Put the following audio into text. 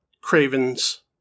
Craven's